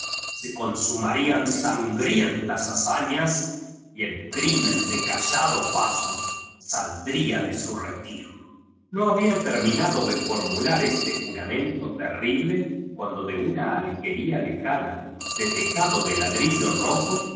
se con sumarían sangrientas hazañas y el crimen de rallado paso saldría de su retios so había terminado de formular este ju ramento terrible cuando de una alquería lejutia de tejarlo de ladrillo rojo